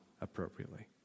appropriately